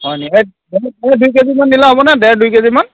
হয় নি সেই দুই কে জি মান নিলে হ'ব নে ডেৰ দুই কে জি মান